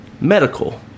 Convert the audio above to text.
Medical